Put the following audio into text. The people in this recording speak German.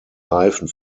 reifen